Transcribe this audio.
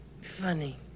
funny